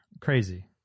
Crazy